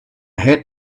had